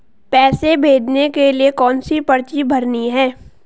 पैसे भेजने के लिए कौनसी पर्ची भरनी है?